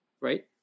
right